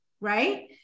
Right